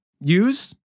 use